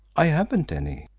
i haven't any.